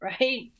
right